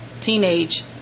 Teenage